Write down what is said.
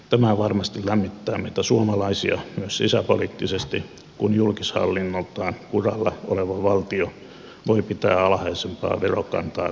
tämä varmasti lämmittää meitä suomalaisia myös sisäpoliittisesti kun julkishallinnoltaan kuralla oleva valtio voi pitää alhaisempaa verokantaa kuin kotimaa